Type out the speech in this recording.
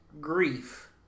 grief